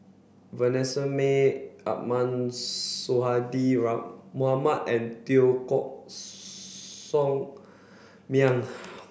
Vanessa Mae Ahmad Sonhadji Mohamad and Teo Koh Sock Miang